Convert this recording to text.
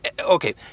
okay